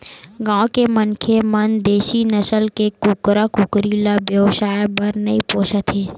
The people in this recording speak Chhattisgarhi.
गाँव के मनखे मन देसी नसल के कुकरा कुकरी ल बेवसाय बर नइ पोसत हे